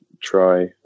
try